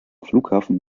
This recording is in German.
flughafen